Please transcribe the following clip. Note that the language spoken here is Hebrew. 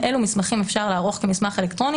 אילו מסמכים אפשר לערוך כמסמך אלקטרוני